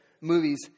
movies